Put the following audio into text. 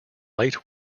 late